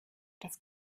das